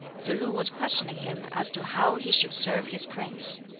tsz-lu was questioning him as to how he should serve his prince.